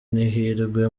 n’ihirwe